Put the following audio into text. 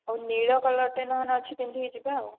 ଆଉ ନୀଳ କଲର୍ଟେ ନହେଲେ ଅଛି ପିନ୍ଧିକି ଯିବା ଆଉ